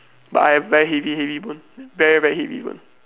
but I've very heavy heavy bone very very heavy bone